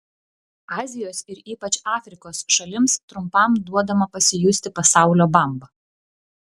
azijos ir ypač afrikos šalims trumpam duodama pasijusti pasaulio bamba